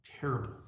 terrible